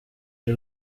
ari